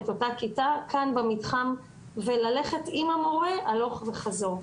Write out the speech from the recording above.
את אותה הכיתה כאן במתחם וללכת עם המורה הלוך וחזור.